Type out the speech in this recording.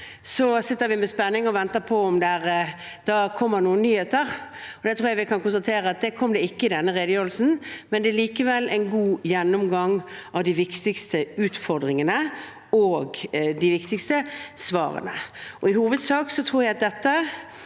sitter vi i spenning og venter på om det da kommer noen nyheter. Det tror jeg vi kan konstatere at ikke kom i denne redegjørelsen, men det var likevel en god gjennomgang av de viktigste utfordringene og de viktigste svarene. I hovedsak tror jeg at dette